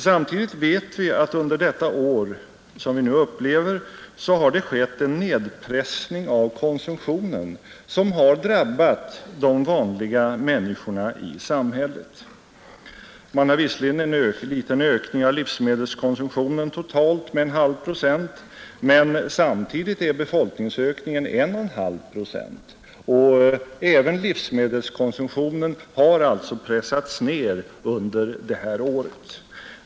Samtidigt vet vi att under det år som vi nu upplever har det skett en nedpressning av konsumtionen vilket drabbar de vanliga människorna i samhället. Man har visserligen en liten ökning av livsmedelskonsumtionen, totalt med en halv procent, men samtidigt en befolkningsökning av en och en halv procent. Även livsmedelskonsumtionen har alltså pressats ned under detta år.